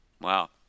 wow